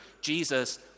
Jesus